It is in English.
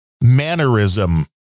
mannerism